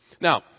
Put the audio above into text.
Now